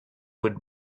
would